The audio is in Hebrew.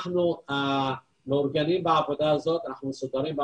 אנחנו מאורגנים בעבודה הזאת ומסודרים.